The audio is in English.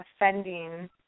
offending